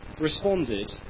responded